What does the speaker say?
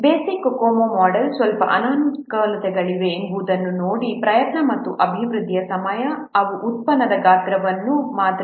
basic COCOMO model ಸ್ವಲ್ಪ ಅನಾನುಕೂಲತೆಗಳಿವೆ ಎಂಬುದನ್ನು ನೋಡಿ ಪ್ರಯತ್ನ ಮತ್ತು ಅಭಿವೃದ್ಧಿಯ ಸಮಯ ಅವು ಉತ್ಪನ್ನದ ಗಾತ್ರವನ್ನು ಮಾತ್ರ ಅವಲಂಬಿಸಿರುತ್ತದೆ ಎಂದು ಊಹಿಸುತ್ತದೆ